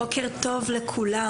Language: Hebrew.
בוקר טוב לכולם,